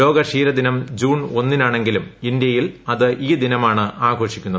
ലോക ക്ഷീര ദിനം ജൂൺ ഒന്നിനാണെങ്കിലും ഇന്ത്യയിൽ അത് ഈ ദിനമാണ് ആഘോഷിക്കുന്നത്